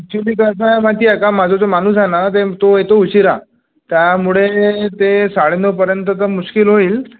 actually कसं आहे माहिती आहे का माझा जो माणुस आहे ना ते तो येतो उशिरा त्यामुळे ते साडे नऊपर्यंत तर मुश्किल होईल